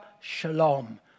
Shalom